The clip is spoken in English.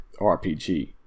RPG